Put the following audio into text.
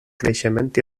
creixement